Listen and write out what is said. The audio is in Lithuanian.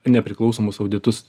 nepriklausomus auditus